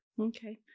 Okay